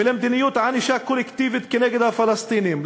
ולמדיניות ענישה קולקטיבית נגד הפלסטינים,